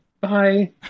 Bye